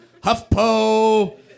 HuffPo